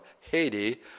Haiti